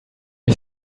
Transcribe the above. ich